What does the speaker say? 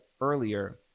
earlier